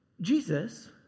Jesus